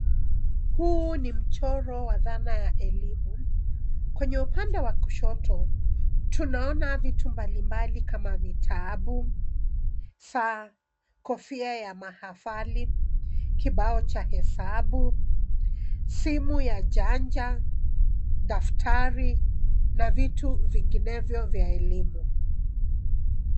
Huu ni mchoro wa dhana ya elimu. Kwenye upande wa kushoto tunaona vitu mbalimbali kama vitabu, saa, kofia ya mahafali, kibao cha hesabu, simu ya janja, daftari na vitu vinginevyo vya elimu.